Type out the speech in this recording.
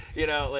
you know? like